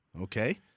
Okay